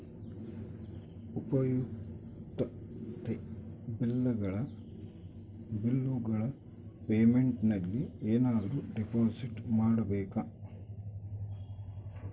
ಉಪಯುಕ್ತತೆ ಬಿಲ್ಲುಗಳ ಪೇಮೆಂಟ್ ನಲ್ಲಿ ಏನಾದರೂ ಡಿಪಾಸಿಟ್ ಮಾಡಬೇಕಾ?